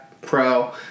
Pro